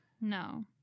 No